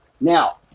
Now